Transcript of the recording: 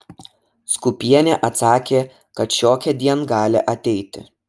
skūpienė atsakė kad šiokiądien gali ateit